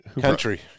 Country